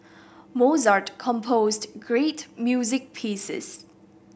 Mozart composed great music pieces